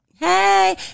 Hey